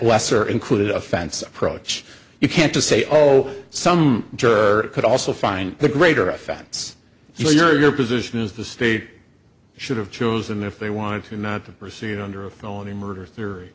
lesser included offense approach you can't to say oh some jerk could also find the greater offense your position is the state should have chosen if they wanted to not to proceed under a felony murder the